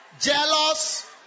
Jealous